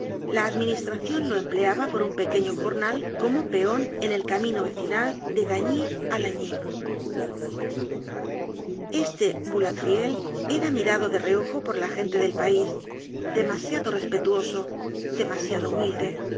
la administracion lo empleaba por un pequeño jornal como peon en el camino vecinal de gagny á lagny este boulatruelle era mirado de reojo por la gente del pais demasiado respetuoso demasiado humilde